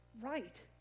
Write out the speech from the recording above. right